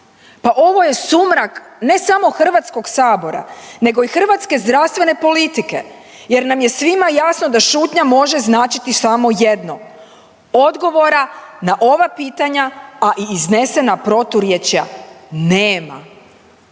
Pa ovo je sumrak, ne samo HS, nego i hrvatske zdravstvene politike jer nam je svima jasno da šutnja može značiti samo jedno, odgovora na ova pitanja, a i iznesena proturječja nema.